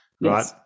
right